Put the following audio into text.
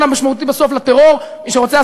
אבל,